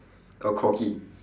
a corgi